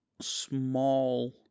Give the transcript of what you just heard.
small